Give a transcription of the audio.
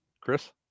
chris